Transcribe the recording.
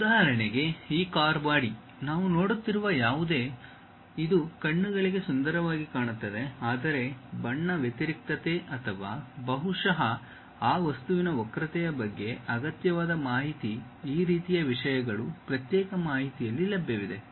ಉದಾಹರಣೆಗೆ ಈ car body ನಾವು ನೋಡುತ್ತಿರುವ ಯಾವುದೇ ಇದು ಕಣ್ಣುಗಳಿಗೆ ಸುಂದರವಾಗಿ ಕಾಣುತ್ತದೆ ಆದರೆ ಬಣ್ಣ ವ್ಯತಿರಿಕ್ತತೆ ಅಥವಾ ಬಹುಶಃ ಆ ವಸ್ತುವಿನ ವಕ್ರತೆಯ ಬಗ್ಗೆ ಅಗತ್ಯವಾದ ಮಾಹಿತಿ ಈ ರೀತಿಯ ವಿಷಯಗಳು ಪ್ರತ್ಯೇಕ ಮಾಹಿತಿಯಲ್ಲಿ ಲಭ್ಯವಿದೆ